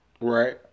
Right